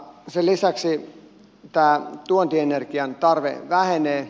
sen lisäksi tämä tuontienergian tarve vähenee